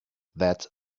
that